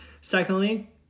Secondly